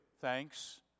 thanks